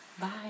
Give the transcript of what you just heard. bye